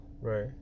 right